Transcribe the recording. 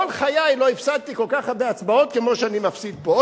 כל חיי לא הפסדתי כל כך הרבה הצבעות כמו שאני מפסיד פה,